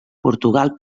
portugal